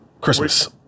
Christmas